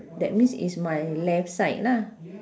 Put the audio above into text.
that means it's my left side lah